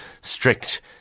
strict